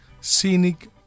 scenic